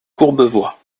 courbevoie